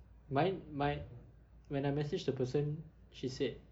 mine mine when I message the person she said